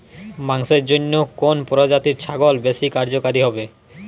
মাংসের জন্য কোন প্রজাতির ছাগল বেশি কার্যকরী হবে?